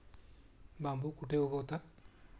बांबू कुठे उगवतात?